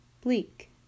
Bleak